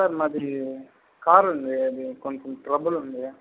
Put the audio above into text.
sir మాది car ఉంది అది కొంచెం ట్రబుల్ ఉంది